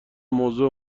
موضوع